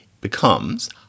becomes